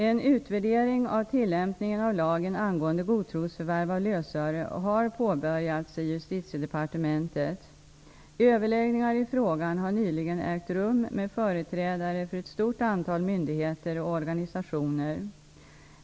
En utvärdering av tillämpningen av lagen angående godtrosförvärv av lösöre har påbörjats i Justitiedepartementet. Överläggningar i frågan har nyligen ägt rum med företrädare för ett stort antal myndigheter och organisationer.